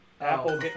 apple